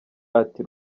ati